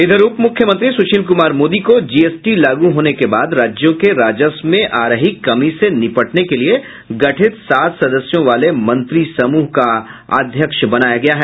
इधर उप मुख्यमंत्री सुशील कुमार मोदी को जीएसटी लागू होने के बाद राज्यों के राजस्व में आ रही कमी से निपटने के लिए गठित सात सदस्यों वाले मंत्रिसमूह का अध्यक्ष बनाया गया है